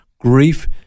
Grief